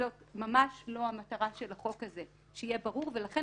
זאת ממש לא המטרה של החוק הזה שיהיה ברור ולכן